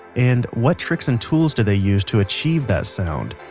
and what tricks and tools do they use to achieve that sound?